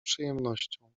przyjemnością